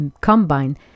combine